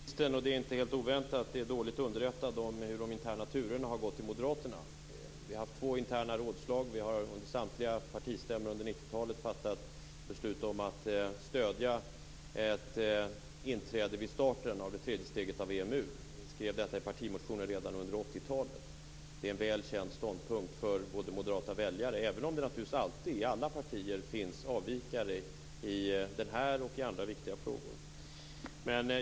Fru talman! Finansministern är inte helt oväntat litet dåligt underrättad om hur de interna turerna har gått bland moderaterna. Vi har haft två interna rådslag. Vi har under samtliga partistämmor under 90 talet fattat beslut om att stödja ett inträde vid starten av det tredje steget i EMU. Vi skrev detta i partimotioner redan under 80-talet. Det är en väl känd ståndpunkt för moderata väljare, även om det naturligtvis alltid i alla partier finns avvikare i den här och andra viktiga frågor.